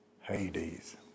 Hades